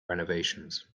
renovations